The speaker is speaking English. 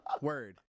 word